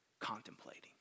contemplating